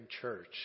church